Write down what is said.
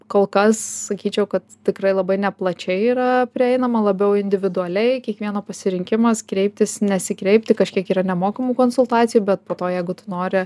kol kas sakyčiau kad tikrai labai neplačiai yra prieinama labiau individualiai kiekvieno pasirinkimas kreiptis nesikreipti kažkiek yra nemokamų konsultacijų bet po to jeigu tu nori